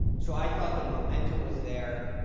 so i thought the momentum was there.